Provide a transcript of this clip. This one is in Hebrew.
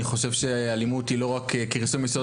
אני חושב שאלימות היא לא רק כרסום יסוד